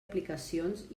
aplicacions